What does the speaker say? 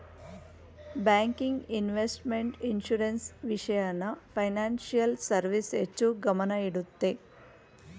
banking, investment, insurance, ವಿಷಯನ financial service ಹೆಚ್ಚು ಗಮನ ಇಡುತ್ತೆ